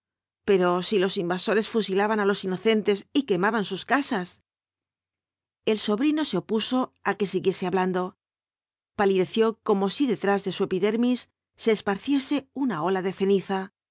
pero si los invasores fusilaban á los inocentes y quemaban sus casas el sobrino se opuso á que siguiese hablando palideció como si detrás de su epidermis se esparciese una ola de ceniza